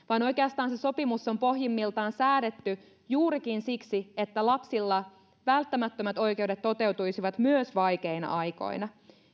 vaan oikeastaan se sopimus on pohjimmiltaan säädetty juurikin siksi että lapsilla välttämättömät oikeudet toteutuisivat myös vaikeina aikoina